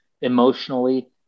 emotionally